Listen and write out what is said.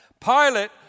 Pilate